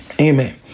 Amen